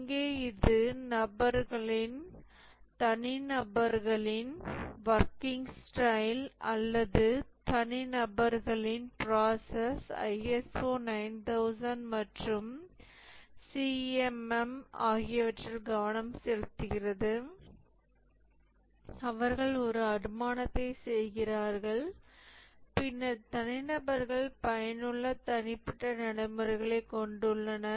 இங்கே இது தனிநபர்களின் வொர்கிங் ஸ்டைல் அல்லது தனிநபர்களின் ப்ராசஸ் ISO 9000 மற்றும் CMM ஆகியவற்றில் கவனம் செலுத்துகிறது அவர்கள் ஒரு அனுமானத்தை செய்கிறார்கள் பின்னர் தனிநபர்கள் பயனுள்ள தனிப்பட்ட நடைமுறைகளைக் கொண்டுள்ளனர்